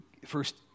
First